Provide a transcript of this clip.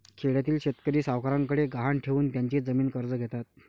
खेड्यातील शेतकरी सावकारांकडे गहाण ठेवून त्यांची जमीन कर्ज घेतात